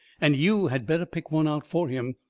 and you had better pick one out for him,